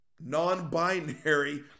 non-binary